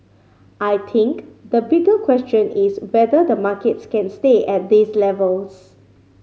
I think the bigger question is whether the markets can stay at these levels